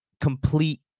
complete